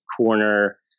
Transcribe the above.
corner